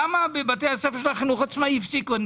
למה בבתי הספר של החינוך העצמאי הפסיקו את התוכנית.